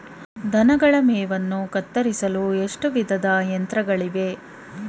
ದನಗಳ ಮೇವನ್ನು ಕತ್ತರಿಸಲು ಎಷ್ಟು ವಿಧದ ಯಂತ್ರಗಳಿವೆ?